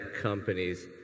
companies